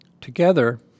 Together